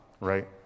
right